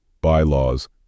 bylaws